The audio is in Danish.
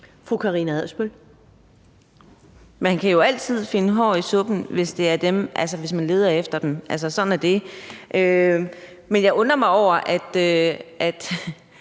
Man kan jo altid finde hår i suppen, hvis man leder efter dem. Sådan er det. Men jeg undrer mig over, at